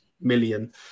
million